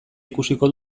ikusiko